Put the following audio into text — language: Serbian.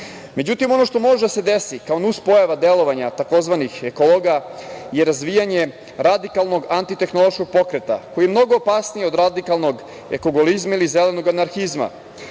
zakonom.Međutim, ono što može da se desi, kao nuspojava delovanja takozvanih ekologa je razvijanje radikalnog antitehnološkog pokreta, koji je mnogo opasniji od radikalnog ekogolizma ili zelenoga anarhizma